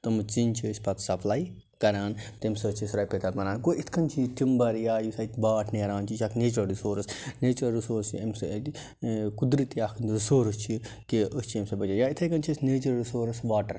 تِمہٕ ژِنہِ چھِ أسۍ پتہٕ سپلَے کَران تَمہِ سۭتۍ چھِ اَسہِ رۄپیہِ دَہ بَنان گوٚو یِتھ کَنۍ چھِ یہِ ٹِمبَر یا یُس اَتہِ باٹھ نیران چھُ یہِ چھِ اَکھ نیچرل رِسورٕس نیچرل رِسورٕس قُدرتی اَکھ رِسورٕس چھِ کہِ أسۍ چھِ اَمہِ سۭتۍ یا یِتھَے کَنۍ چھِ اَسہِ نیچرل رِسورٕس واٹَر